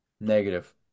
Negative